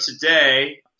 today